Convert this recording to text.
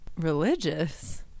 Religious